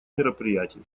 мероприятий